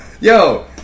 Yo